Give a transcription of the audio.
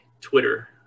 Twitter